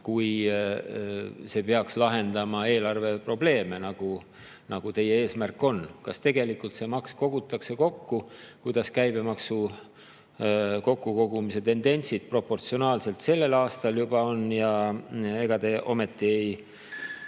kui see peaks lahendama eelarveprobleeme, nagu teie eesmärk on? Kas tegelikult see maks kogutakse kokku? Kuidas käibemaksu kokkukogumise tendentsid sellel aastal juba on? Ega te ometi ei